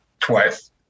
twice